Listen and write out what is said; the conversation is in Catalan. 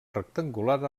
rectangular